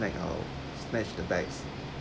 snatch our snatch the bags